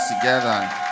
together